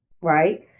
right